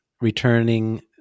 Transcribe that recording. returning